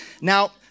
Now